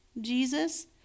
Jesus